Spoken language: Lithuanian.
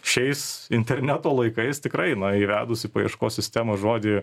šiais interneto laikais tikrai na įvedus paieškos sistemos žodį